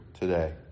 today